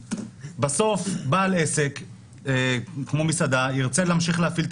בסוף בעל עסק כמו מסעדה ירצה להמשיך להפעיל את